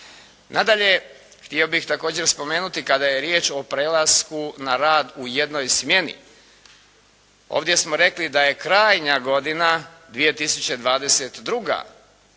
Nadalje, htio bih također spomenuti kada je riječ o prelasku na rad u jednoj smjeni. Ovdje smo rekli da je krajnja godina 2022.